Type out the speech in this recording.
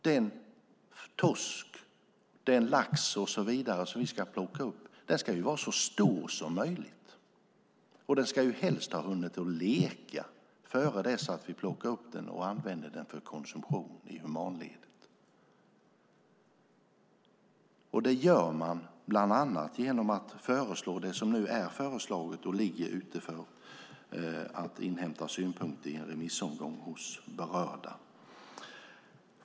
Den torsk, lax och så vidare som vi ska plocka upp ska vara så stor som möjligt och ska helst ha hunnit leka innan vi plockar upp den och använder den för konsumtion i humanledet. Detta åstadkommer man bland annat genom att föreslå det som är föreslaget och ligger ute på remiss hos berörda.